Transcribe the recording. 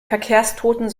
verkehrstoten